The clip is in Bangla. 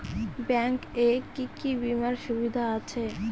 ব্যাংক এ কি কী বীমার সুবিধা আছে?